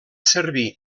servir